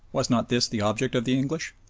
was not this the object of the english?